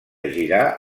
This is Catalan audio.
girar